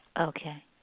Okay